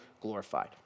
glorified